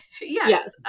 yes